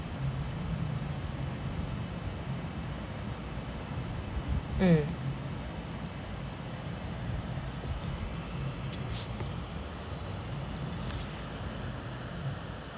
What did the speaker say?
mm